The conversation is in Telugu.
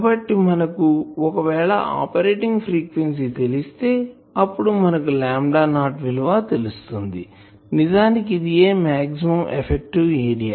కాబట్టి మనకు ఒకవేళ ఆపరేటింగ్ ఫ్రీక్వెన్సీ తెలిస్తే అప్పుడు మనకు లాంబ్డా నాట్ విలువ తెలుస్తుంది నిజానికి ఇదియే మాక్సిమం ఎఫెక్టివ్ ఏరియా